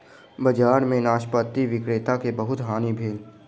बजार में नाशपाती विक्रेता के बहुत हानि भेल